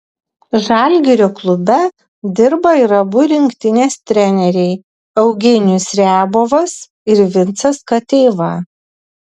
žalgirio klube dirba ir abu rinktinės treneriai eugenijus riabovas ir vincas kateiva